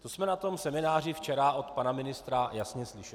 To jsme na tom semináři včera od pana ministra jasně slyšeli.